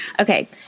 Okay